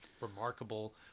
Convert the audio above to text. remarkable